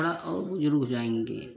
थोड़ा और बुजुर्ग हो जाएँगे